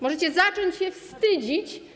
Możecie zacząć się wstydzić.